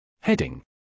Heading